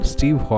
Steve